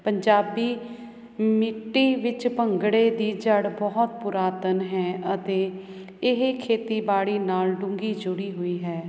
ਪੰਜਾਬੀ ਮਿੱਟੀ ਵਿੱਚ ਭੰਗੜੇ ਦੀ ਜੜ ਬਹੁਤ ਪੁਰਾਤਨ ਹੈ ਅਤੇ ਇਹ ਖੇਤੀਬਾੜੀ ਨਾਲ ਡੂੰਘੀ ਜੁੜੀ ਹੋਈ ਹੈ